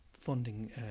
funding